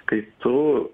kai tu